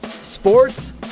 Sports